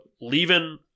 Leaving